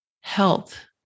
health